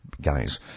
guys